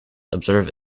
observe